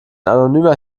anonymer